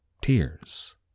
Tears